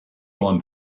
villain